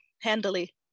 handily